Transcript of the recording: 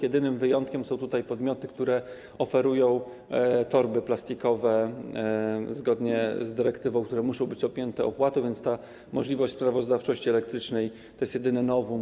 Jedynym wyjątkiem są tutaj podmioty, które oferują torby plastikowe, zgodnie z dyrektywą, które muszą być objęte opłatą, więc ta możliwość sprawozdawczości elektrycznej to jest jedyne novum.